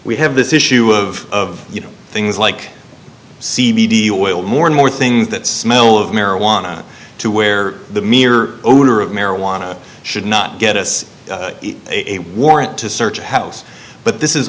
have this issue of of you know things like c b d oil more and more things that smell of marijuana to where the mere odor of marijuana should not get us a warrant to search a house but this is